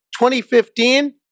2015